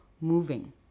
moving